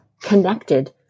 connected